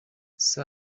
sir